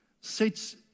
sets